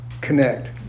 connect